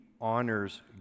honors